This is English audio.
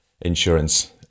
insurance